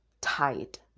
tight